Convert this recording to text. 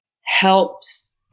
helps